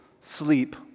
sleep